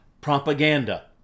propaganda